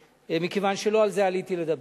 מכיוון שלא על זה עליתי לדבר.